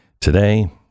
today